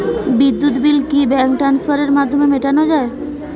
বিদ্যুৎ বিল কি ব্যাঙ্ক ট্রান্সফারের মাধ্যমে মেটানো য়ায়?